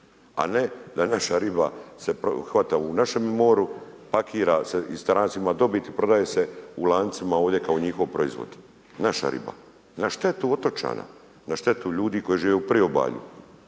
a ne da naša riba se hvata u našem moru, pakira se i strancima dobit prodaje se u lancima ovdje kao njihov proizvod. Naša riba, na štetu otočana, na štetu ljudi koji žive u priobalju,